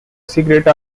cigarette